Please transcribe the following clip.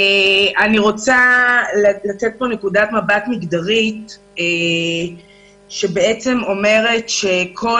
אני רוצה לתת פה נקודת מבט מגדרית בעצם אומרת שכול